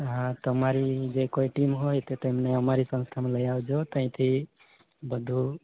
હા તમારી જે કોઈ ટીમ હોય તો તેમને અમારી સંસ્થામાં લઇ આવજો તહીંથી બધું